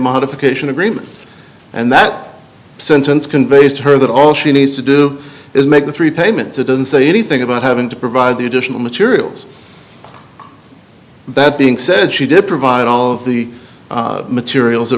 modification agreement and that sentence conveys to her that all she needs to do is make the three payments it doesn't say anything about having to provide the additional materials that being said she did provide all of the materials that